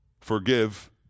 forgive